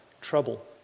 trouble